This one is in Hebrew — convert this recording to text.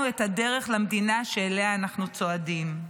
את הדרך למדינה שאליה אנחנו צועדים.